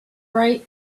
bright